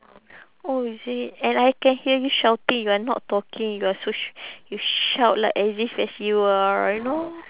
oh is it and I can hear you shouting you are not talking you are so sh~ you shout like as if as you are you know